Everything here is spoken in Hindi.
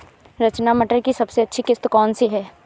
रचना मटर की सबसे अच्छी किश्त कौन सी है?